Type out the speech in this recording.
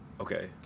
okay